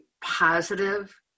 positive